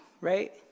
right